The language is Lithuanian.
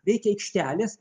reikia aikštelės